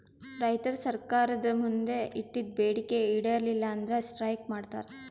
ರೈತರ್ ಸರ್ಕಾರ್ದ್ ಮುಂದ್ ಇಟ್ಟಿದ್ದ್ ಬೇಡಿಕೆ ಈಡೇರಲಿಲ್ಲ ಅಂದ್ರ ಸ್ಟ್ರೈಕ್ ಮಾಡ್ತಾರ್